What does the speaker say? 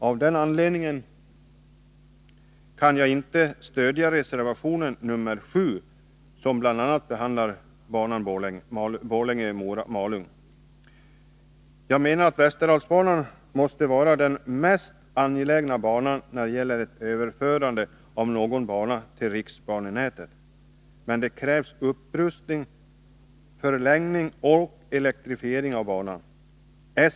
Av den anledningen kan jag inte stödja reservationen nr 7, som behandlar bl.a. banan Borlänge-Malung. Jag menar att västerdalsbanan måste vara den mest angelägna banan när det gäller ett överförande av någon bana till riksbanenätet. Men det krävs upprustning, förlängning och elektrifiering av banan.